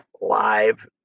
live